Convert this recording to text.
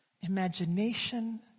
imagination